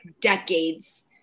decades